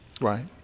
Right